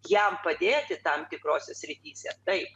jam padėti tam tikrose srityse taip